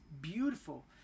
beautiful